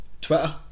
Twitter